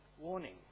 warning